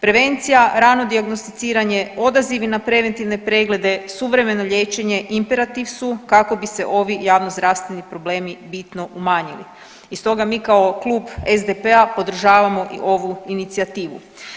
Prevencija rano dijagnosticiranje, odazivi na preventivne preglede, suvremeno liječenje imperativ su kako bi se ovi javnozdravstveni problemi bitno umanjili i stoga mi kao klub SDP-a podržavamo i ovu inicijativu.